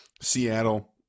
Seattle